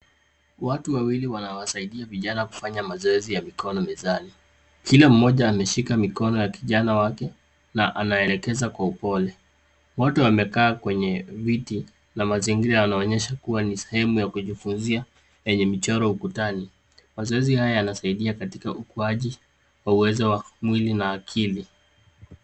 Watu wawili wanawasaidia vijana kufanya mazoezi ya mikono mezani. Kila mmoja ameshika mikono ya kijana wake na anaelekeza kwa upole. Wote wamekaa kwenye viti na mazingira yanaonyesha kuwa ni sehemu ya kujifunzia yenye michoro ukutani. Mazoezi haya yanasaidia katika ukuaji wa uwezo wa mwili na akili.